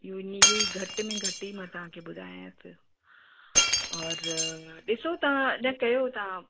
इहो इन इहो ई घट में घटि ई मां तव्हांखे ॿुधायां पियो और ॾिसो तव्हां अञा कयो तव्हां